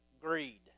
greed